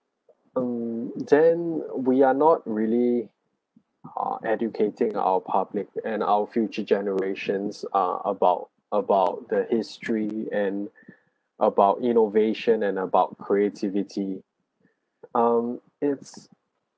mm then we are not really uh educating our public and our future generations uh about about the history and about innovation and about creativity um it's